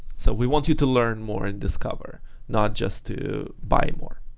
so we want you to learn more and discover not just to buy more